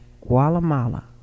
Guatemala